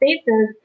spaces